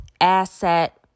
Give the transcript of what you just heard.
asset